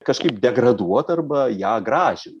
kažkaip degraduot arba ją graži